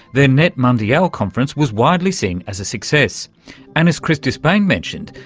their netmundial conference was widely seen as a success and, as chris disspain mentioned,